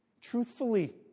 Truthfully